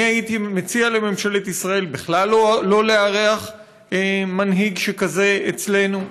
אני הייתי מציע לממשלת ישראל בכלל לא לארח מנהיג שכזה אצלנו.